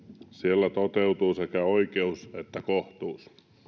siellä toteutuvat sekä oikeus että kohtuus